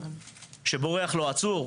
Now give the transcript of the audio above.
שבורח לו עצור,